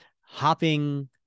hopping